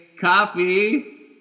coffee